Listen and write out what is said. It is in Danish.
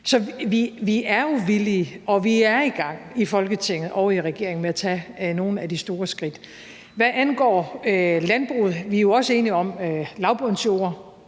Så vi er jo villige, og vi er i gang i Folketinget og i regeringen med at tage nogle af de store skridt. Hvad angår landbruget, er vi jo også enige om lavbundsjorder.